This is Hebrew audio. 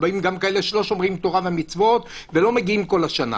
שבאים גם כאלה שלא שומרים תורה ומצוות ולא מגיעים כל השנה